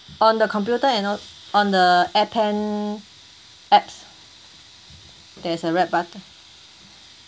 on the computer you know on the appen apps there is a red button